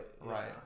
right